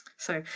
so,